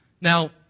Now